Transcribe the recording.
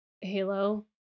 halo